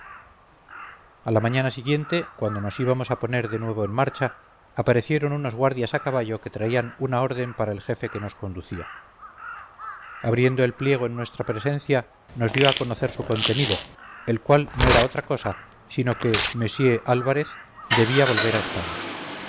a la mañana siguiente cuando nos íbamos a poner de nuevo en marcha aparecieron unos guardias a caballo que traían una orden para el jefe que nos conducía abriendo el pliego en nuestra presencia nos dio a conocer su contenido el cual no era otra cosa sino que monsieur álvarez debía volver a españa